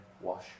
wash